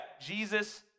Jesus